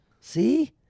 See